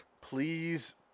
Please